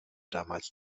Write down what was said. damals